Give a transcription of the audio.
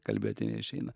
kalbėti neišeina